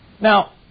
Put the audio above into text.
Now